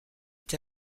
est